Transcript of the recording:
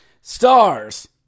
Stars